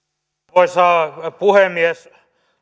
arvoisa puhemies